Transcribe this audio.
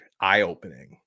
eye-opening